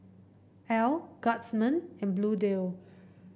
Elle Guardsman and Bluedio